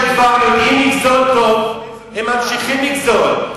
אותם שכבר, לגזול פה, הם ממשיכים לגזול.